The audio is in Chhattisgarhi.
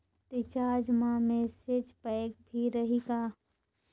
रिचार्ज मा मैसेज पैक भी रही का?